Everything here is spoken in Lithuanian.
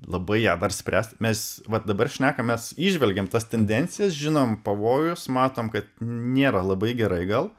labai ją dar spręst mes vat dabar šnekamės įžvelgiam tas tendencijas žinom pavojus matom kad nėra labai gerai gal